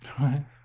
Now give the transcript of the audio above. Right